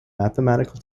mathematical